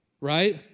right